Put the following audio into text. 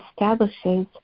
establishes